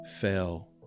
fell